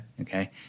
Okay